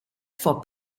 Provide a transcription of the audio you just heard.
for